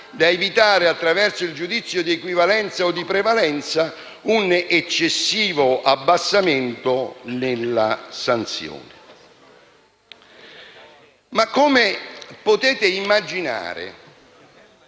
da evitare, attraverso il giudizio di equivalenza o di prevalenza, un eccessivo abbassamento nella sanzione. Ma come potete immaginare